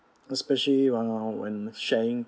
especially when our when sharing